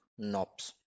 NOPs